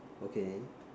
okay